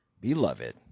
Beloved